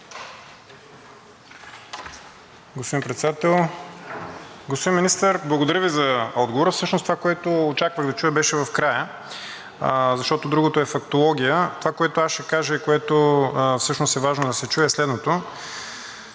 Господин Председател! Господин Министър, благодаря Ви за отговора. Всъщност, това, което очаквах да чуя, беше в края, защото другото е фактология. Това, което аз ще кажа и което всъщност е важно да се чуе, е следното: